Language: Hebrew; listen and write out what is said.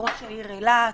ראש העיר אילת,